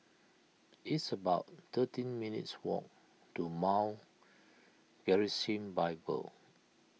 it's about thirteen minutes' walk to Mount Gerizim Bible